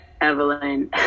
Evelyn